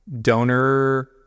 donor